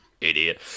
Idiot